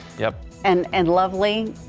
yep and and lovely.